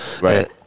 Right